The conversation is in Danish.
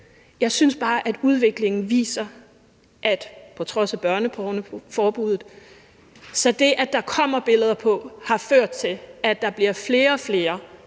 Jeg synes bare, at udviklingen viser, at på trods af børnepornoforbuddet har det, at der kommer billeder på, ført til, at der bliver flere og flere